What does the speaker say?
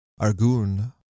Argun